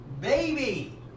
Baby